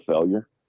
failure